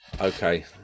Okay